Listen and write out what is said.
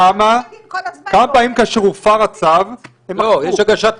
כמה פעמים כאשר הופר הצו הם אכפו,